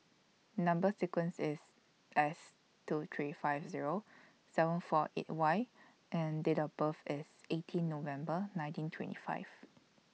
Number sequence IS S two three five Zero seven four eight Y and Date of birth IS eighteen November nineteen twenty five